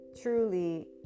truly